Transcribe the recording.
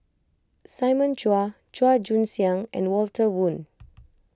Simon Chua Chua Joon Siang and Walter Woon